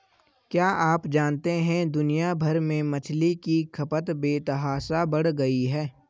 क्या आप जानते है दुनिया भर में मछली की खपत बेतहाशा बढ़ गयी है?